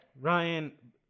Ryan